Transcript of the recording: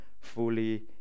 fully